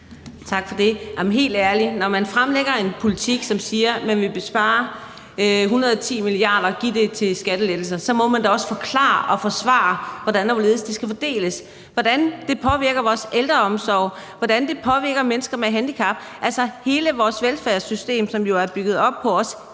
Helt ærligt: Når man fremlægger en politik, hvor man siger, at man vil spare 110 mia. kr. og give det til skattelettelser, så må man da også kunne forklare og forsvare, hvordan og hvorledes det skal fordeles, hvordan det påvirker vores ældreomsorg, hvordan det påvirker mennesker med handicap, altså hele vores velfærdssystem, som jo også er bygget op på